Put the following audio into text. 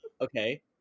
Okay